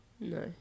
No